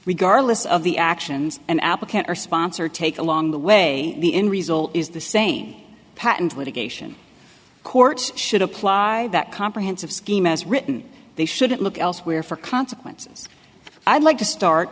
regardless of the actions an applicant or sponsor take along the way the end result is the same patent litigation court should apply that comprehensive scheme as written they should look elsewhere for consequences i'd like to start